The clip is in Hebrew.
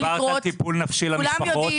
קיבלת טיפול נפשי למשפחות,